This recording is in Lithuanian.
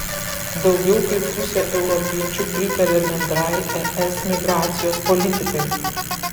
daugiau kaip pusė europiečių pritaria bendrai es migracijos politikai